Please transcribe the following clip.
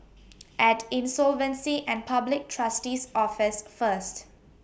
At Insolvency and Public Trustee's Office First